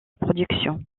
production